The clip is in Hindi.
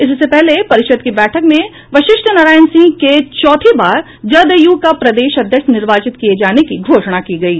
इससे पहले परिषद् की बैठक में वशिष्ठ नारायण सिंह के चौथी बार जदयू का प्रदेश अध्यक्ष निर्वाचित किये जाने की घोषणा की गयी